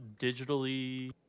digitally